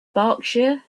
berkshire